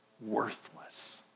worthless